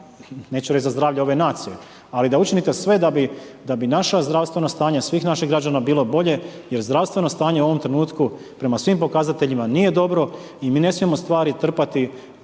neću reći za zdravlje ove nacije, ali da učinite sve da bi naše zdravstveno stanje svih naših građana bilo bolje jer zdravstveno stanje u ovom trenutku prema svim pokazateljima nije dobro i mi ne smijemo stvari trpati